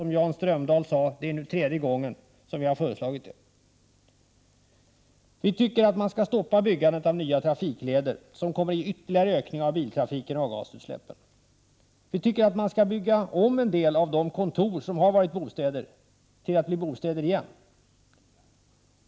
Som Jan Strömdahl sade är det tredje gången som vi nu föreslår detta. Vi tycker att man skall stoppa byggandet av nya trafikleder, som kommer att ytterligare öka biltrafiken och avgasutsläppen. Vi tycker att man skall bygga om en del av de kontor som har varit bostäder till att bli bostäder igen.